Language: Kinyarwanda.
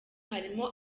harimo